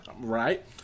Right